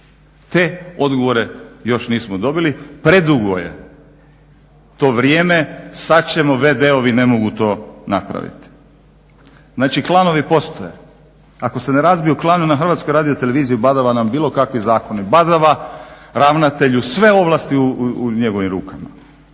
Te odgovore još nismo dobili, predugo je to vrijeme sad ćemo vd –ovi to ne mogu napraviti. Znači klanovi postoje, ako se ne razbiju klanovi na HRT-a badava nam bilo kakvi zakoni, badava ravnatelju sve ovlasti u njegovim rukama.